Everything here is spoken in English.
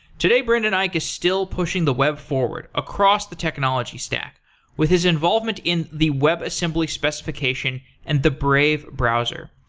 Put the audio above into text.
today, brendan eich is still pushing the web forward across the technology stack with his involvement in the webassembly specification and the brave browser.